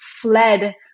fled